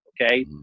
Okay